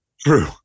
True